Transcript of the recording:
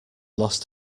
lost